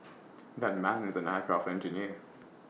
that man is an aircraft engineer